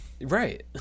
Right